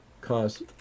cause